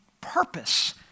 purpose